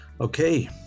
Okay